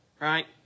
right